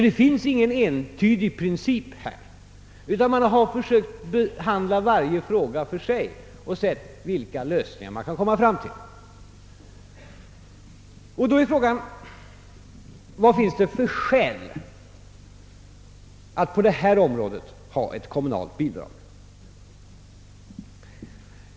Det finns ingen entydig princip här utan man har försökt behandla varje fråga för sig för att se vilka lösningar man kan komma fram till. Då är frågan: Vad finns det för skäl att på detta område ha ett kommunalt bidrag?